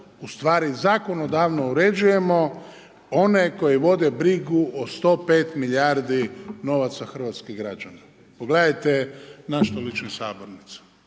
ustvari zakonodavno uređujemo one koji vode brigu o 105 milijardi novaca hrvatskih građana. Pogledajte na što liči sabornica.